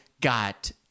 got